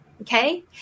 okay